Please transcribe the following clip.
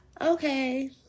okay